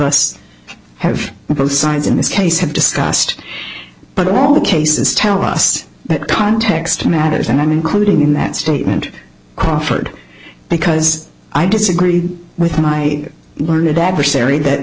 us have both sides in this case have discussed but all the cases tell us that context matters and i'm including in that statement crawford because i disagree with my learned adversary that